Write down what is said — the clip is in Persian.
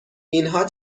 اینها